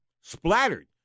splattered